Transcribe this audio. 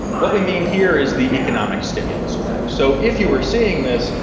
what we mean here is the economic stimulus effect. so if you were seeing this,